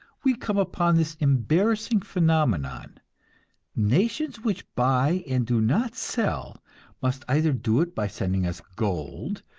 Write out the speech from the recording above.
we come upon this embarrassing phenomenon nations which buy and do not sell must either do it by sending us gold,